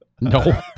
No